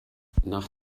nach